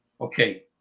Okay